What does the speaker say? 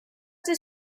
does